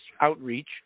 outreach